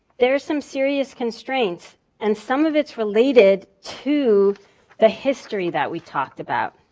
there are some serious constraints and some of it's related to the history that we talked about.